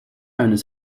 owners